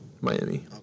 Miami